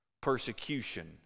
Persecution